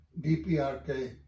DPRK